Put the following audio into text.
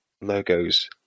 logos